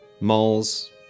malls